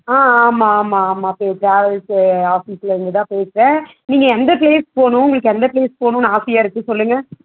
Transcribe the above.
ஆ ஆமாம் ஆமாம் ஆமாம் அப்படி ஒரு ட்ராவல்ஸ் ஆஃபீஸ்லிருந்துதான் பேசுகிறேன் நீங்கள் எந்த ப்ளேஸ் போகணும் உங்ளுக்கு எந்த ப்ளேஸ் போகணுன்னு ஆசையாக இருக்குது சொல்லுங்கள்